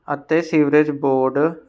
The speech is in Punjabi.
ਅਤੇ ਸੀਵਰੇਜ ਬੋਰਡ